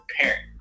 parent